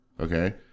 okay